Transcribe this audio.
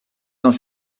dans